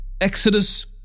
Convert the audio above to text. Exodus